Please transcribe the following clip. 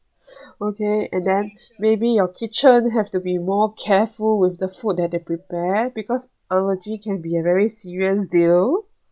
okay and then maybe your kitchen have to be more careful with the food that they prepare because allergy can be a very serious deal